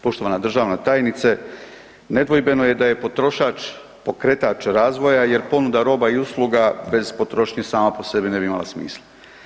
Poštovana državna tajnice, nedvojbeno je da je potrošač pokretač razvoja jer ponuda roba i usluga bez potrošnje, sama po sebi ne bi imala smisla.